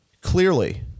Clearly